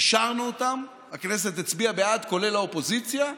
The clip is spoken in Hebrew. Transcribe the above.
אישרנו אותם, הכנסת הצביעה בעד, כולל האופוזיציה.